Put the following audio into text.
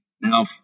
now